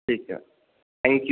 ठीक छै thank U